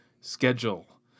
schedule